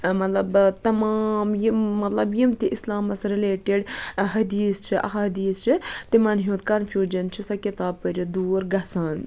مَطلَب تَمام یِم مَطلَب یِم تہِ اِسلامَس رِلیٹِڈ حدیث چھِ احادیث چھِ تِمَن ہُنٛد کَنفیوجَن چھ سۄ کِتاب پٔرِتھ دوٗر گَژھان